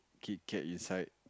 Kit-Kat inside